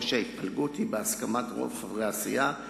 או שההתפלגות היא בהסכמת רוב חברי הסיעה,